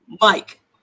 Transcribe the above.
Mike